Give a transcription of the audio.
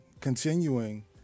continuing